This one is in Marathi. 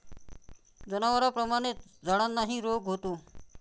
जनावरांप्रमाणेच झाडांनाही रोग होतो